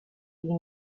die